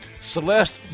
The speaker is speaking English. Celeste